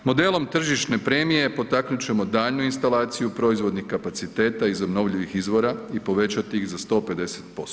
Modelom tržišne premije potaknut ćemo daljnju instalaciju proizvodnih kapaciteta iz obnovljivih izvora i povećati iz za 150%